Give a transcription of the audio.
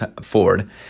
Ford